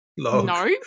No